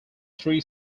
three